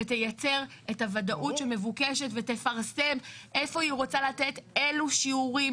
ותייצר את הוודאות שמבוקשת ותפרסם איפה היא רוצה לתת אילו שיעורים